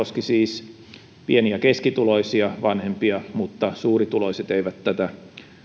koski siis pieni ja keskituloisia vanhempia mutta suurituloiset eivät tätä